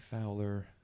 fowler